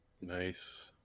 Nice